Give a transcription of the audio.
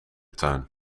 tuin